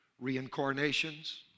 reincarnations